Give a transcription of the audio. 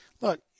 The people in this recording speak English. look